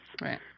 Right